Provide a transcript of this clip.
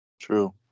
True